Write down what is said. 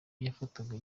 yafatwaga